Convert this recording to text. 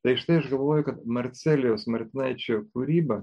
tai štai aš galvoju kad marcelijaus martinaičio kūryba